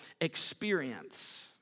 experience